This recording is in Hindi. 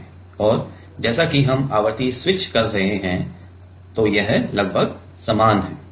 और जैसा कि हम आवृत्ति स्विच कर रहे हैं यह लगभग समान है